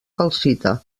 calcita